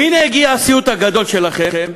והנה, הגיע הסיוט הגדול שלכם,